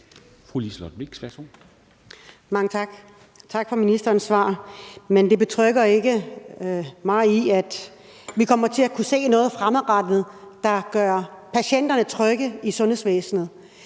Mange tak. Tak for ministerens svar, men det betrygger mig ikke i, at vi kommer til at kunne se noget fremadrettet, der gør patienterne trygge i sundhedsvæsenet.